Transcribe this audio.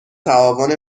تعاون